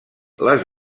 les